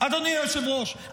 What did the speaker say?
אדוני היושב-ראש,